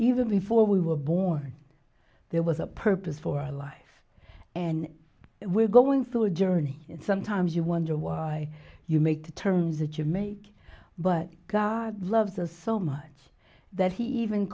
even before we were born there was a purpose for life and we're going through a journey and sometimes you wonder why you make the terms that you make but god loves us so much that he even